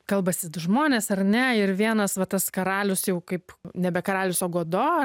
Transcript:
kalbasi du žmonės ar ne ir vienas va tas karalius jau kaip nebe karalius o godo